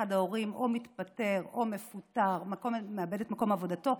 אחד ההורים או מתפטר או מפוטר ומאבד את מקום עבודתו.